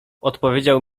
odpowiedział